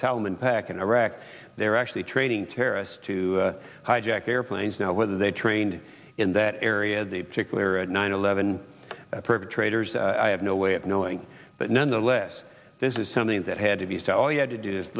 helmand pak in iraq they're actually training terrorists to hijack airplanes now whether they're trained in that area the particular at nine eleven perpetrators i have no way of knowing but nonetheless this is something that had to be so all you had to do